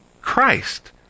Christ